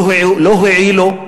לא הועילו,